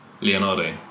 Leonardo